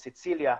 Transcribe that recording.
בסיציליה,